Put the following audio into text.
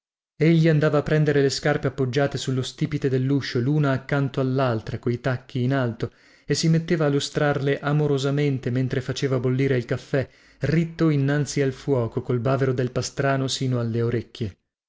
a tossire dallalba egli andava a prendere le scarpe appoggiate allo stipite delluscio luna accanto allaltra coi talloni in alto e si metteva a lustrarle amorosamente mentre faceva bollire il caffè ritto innanzi al fuoco col bavero del pastrano sino alle orecchie